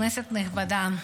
כנסת נכבדה,